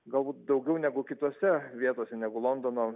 galbūt daugiau negu kitose vietose negu londono